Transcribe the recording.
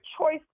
choice